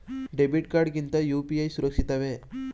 Debit card ಗಿಂತ UPI ಸುರಕ್ಷಿತವೇ?